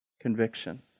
Conviction